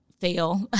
fail